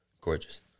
Gorgeous